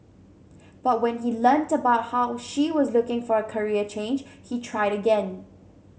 but when he learnt about how she was looking for a career change he tried again